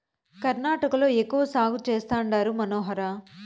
కర్ణాటకలో ఎక్కువ సాగు చేస్తండారు మనోహర